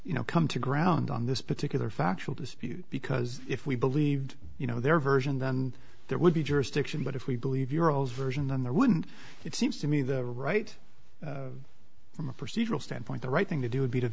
you know come to ground on this particular factual dispute because if we believed you know their version then there would be jurisdiction but if we believe your old version then there wouldn't it seems to me that a right from a procedural standpoint the right thing to do would be to